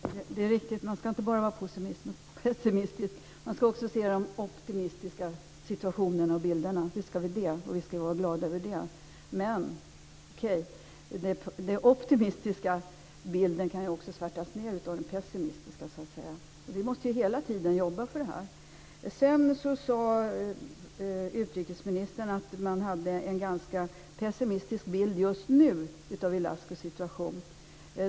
Fru talman! Det är riktigt att man inte bara ska vara pessimistisk, utan vi ska också se den optimistiska bilden, visst, och vi ska vara glada över den. Men den optimistiska bilden kan svärtas ned av den pessimistiska. Vi måste hela tiden jobba med detta. Utrikesministern sade att man hade en ganska pessimistisk bild just nu av Ilascus situation.